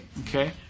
Okay